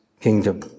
kingdom